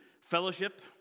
fellowship